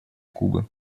кубы